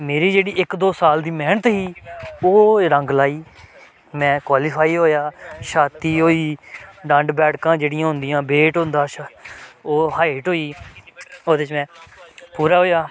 मेरी जेह्ड़ी इक दो साल दी मेह्नत ही ओह् रंग लाई में क्वालीफाई होएआ छाती होई डंड बैडकां जेह्ड़ियां होंदियां वेट होंदा ओह् हाइट होई ओह्दे च में पूरा होएआ